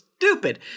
Stupid